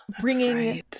bringing